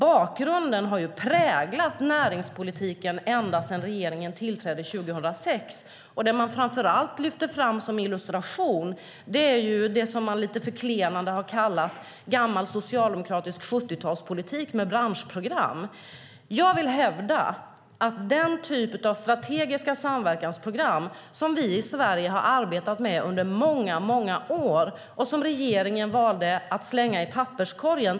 Det har präglat näringspolitiken ända sedan regeringen tillträdde 2006. Det man framför allt lyfte fram som illustration är det som man lite förklenande har kallat gammal socialdemokratisk 70-talspolitik med branschprogram. Den typ av strategiska samverkansprogram som vi i Sverige har arbetat med i många år, till exempel när det gäller life science, valde regeringen att slänga i papperskorgen.